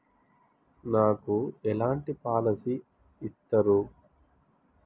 నాకు ఎలాంటి పాలసీ ఇస్తారు?